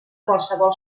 qualsevol